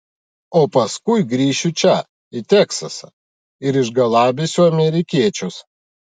o paskui grįšiu čia į teksasą ir išgalabysiu amerikiečius